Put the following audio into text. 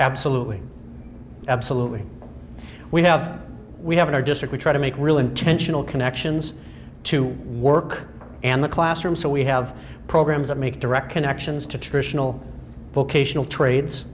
absolutely absolutely we have we have in our district we try to make really intentional connections to work and the classroom so we have programs that make direct connections to traditional vocational trades